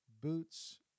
boots